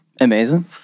amazing